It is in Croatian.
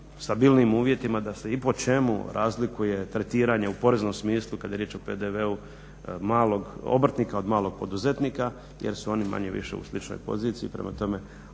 stabilnijim uvjetima da se i po čemu razlikuje tretiranje u poreznom smislu kad je riječ o PDV-u malog obrtnika od malog poduzetnika jer su oni manje-više u sličnoj poziciji. Prema tome,